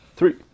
Three